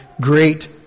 great